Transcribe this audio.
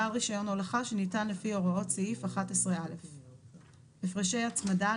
בעל רישיון הולכה שניתן לפי הוראות סעיף 11א. "הפרשי הצמדה",